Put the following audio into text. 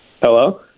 Hello